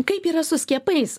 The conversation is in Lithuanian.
kaip yra su skiepais